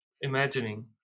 imagining